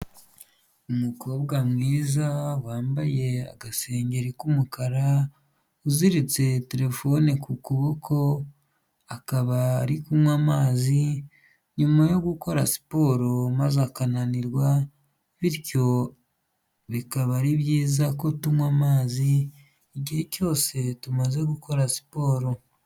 Umukobwa mwiza wambaye agasengeri k'umukara, uziritse telefone ku kuboko, akaba ari kunywa amazi nyuma yo gukora siporo maze akananirwa, bityo bikaba ari byiza ko tunywa amazi igihe cyose tumaze gukora siporo.